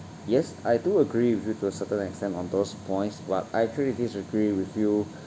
yes I do agree with you to a certain extent on those points but I actually disagree with you